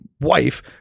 wife